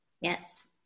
yes